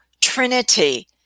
trinity